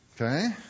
Okay